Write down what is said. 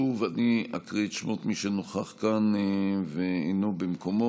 שוב אקריא את שמות מי שנוכח כאן ואינו במקומו.